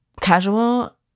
casual